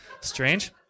strange